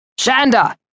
Shanda